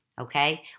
okay